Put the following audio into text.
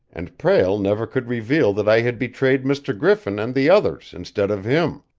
and prale never could reveal that i had betrayed mr. griffin and the others instead of him.